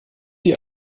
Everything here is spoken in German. die